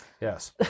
Yes